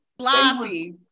Sloppy